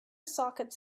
sockets